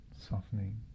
Softening